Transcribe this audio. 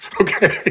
okay